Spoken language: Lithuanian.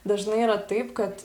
dažnai yra taip kad